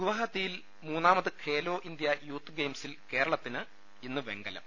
ഗുഹാവട്ടിയിൽ മൂന്നാമത് Khelo India youth ഗെയിംസിൽ കേരളത്തിന് ഇന്ന് വെങ്കലം